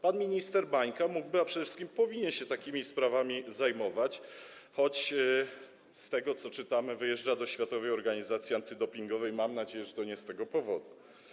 Pan minister Bańka mógłby, a przede wszystkim powinien się takimi sprawami zajmować, choć z tego, co czytamy, wyjeżdża do światowej organizacji antydopingowej, mam nadzieję, że to nie z tego powodu.